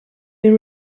been